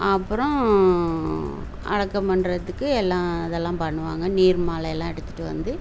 அப்றம் அடக்கம் பண்ணுறதுக்கு எல்லாம் இதெல்லாம் பண்ணுவாங்க நீர்மாலையெல்லாம் எடுத்துட்டு வந்து